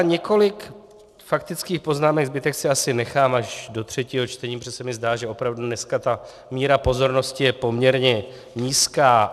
Několik faktických poznámek, zbytek si asi nechám až do třetího čtení, protože se mi zdá, že opravdu dneska ta míra pozornosti je poměrně nízká.